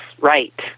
right